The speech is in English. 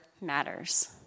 matters